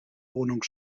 wohnung